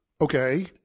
Okay